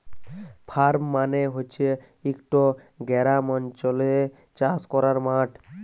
farm মালে হছে ইকট গেরামাল্চলে চাষ ক্যরার মাঠ